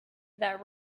that